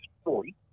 story